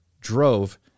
drove